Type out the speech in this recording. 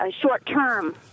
short-term